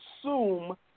assume